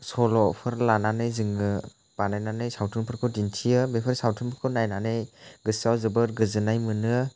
सल'फोर लानानै जोङो बानायनानै सावथुनफोरखौ दिन्थियो बेफोर सावथुनफोरखौ नायनानै गोसोआव जोबोर गोजोननाय मोनो